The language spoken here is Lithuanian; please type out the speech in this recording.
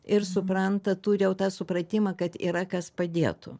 ir supranta turi jau tą supratimą kad yra kas padėtų